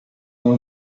não